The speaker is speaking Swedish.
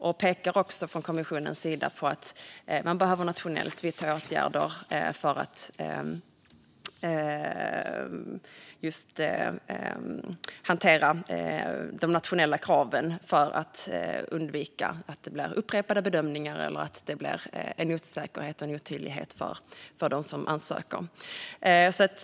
Man pekar också från kommissionens sida på att det behöver vidtas åtgärder nationellt för att hantera de nationella kraven och på så sätt undvika upprepade bedömningar eller en osäkerhet och en otydlighet för dem som ansöker.